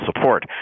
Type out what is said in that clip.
support